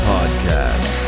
Podcast